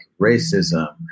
racism